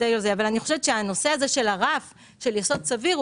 אני חושבת שהנושא הזה של הרף של יסוד סביר,